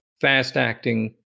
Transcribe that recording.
fast-acting